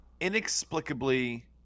inexplicably